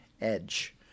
edge